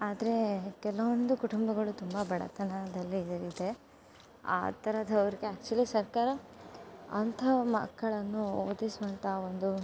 ಆದರೆ ಕೆಲವೊಂದು ಕುಟುಂಬಗಳು ತುಂಬ ಬಡತನದಲ್ಲೇ ಇದೆ ಆ ಥರದವರಿಗೆ ಆಕ್ಚುಲಿ ಸರ್ಕಾರ ಅಂಥ ಮಕ್ಕಳನ್ನು ಓದಿಸುವಂಥ ಒಂದು